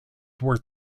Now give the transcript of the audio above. worth